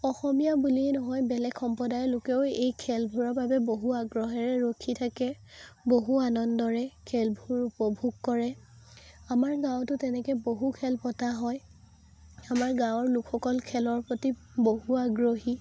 অসমীয়া বুলিয়েই নহয় বেলেগ সম্প্ৰদায়ৰ লোকেও এই খেলবোৰৰ বাবে বহু আগ্ৰহেৰে ৰখি থাকে বহু আনন্দৰে খেলবোৰ উপভোগ কৰে আমাৰ গাঁৱতো তেনেকৈ বহু খেল পতা হয় আমাৰ গাঁৱৰ লোকসকল খেলৰ প্ৰতি বহু আগ্ৰহী